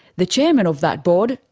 the chairman of that board,